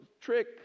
trick